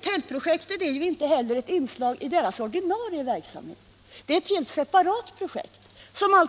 Tältprojektet är inte ett inslag i gruppernas ordinarie verksamhet utan ett helt separat projekt, som